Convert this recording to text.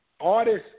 artists